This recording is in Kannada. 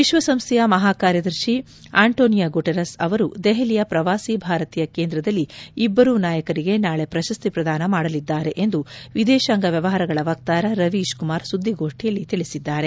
ವಿಶ್ವಸಂಸ್ವೆಯ ಮಹಾಕಾರ್ಯದರ್ಶಿ ಆಂಟಾನಿಯೊ ಗುಟೆರಸ್ ಅವರು ದೆಹಲಿಯ ಪ್ರವಾಸಿ ಭಾರತೀಯ ಕೇಂದ್ರದಲ್ಲಿ ಇಬ್ಬರೂ ನಾಯಕರಿಗೆ ನಾಳೆ ಪ್ರಶಸ್ತಿ ಪ್ರದಾನ ಮಾಡಲಿದ್ದಾರೆ ಎಂದು ವಿದೇತಾಂಗ ವ್ಯವಹಾರಗಳ ವಕ್ತಾರ ರವೀಶ್ ಕುಮಾರ್ ಸುದ್ದಿಗೋಷ್ಟಿಯಲ್ಲಿ ತಿಳಿಸಿದ್ದಾರೆ